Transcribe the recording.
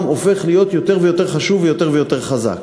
הופך להיות יותר ויותר חשוב ויותר ויותר חזק.